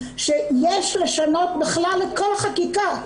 שיש לשנות בכלל את כל החקיקה.